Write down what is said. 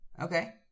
Okay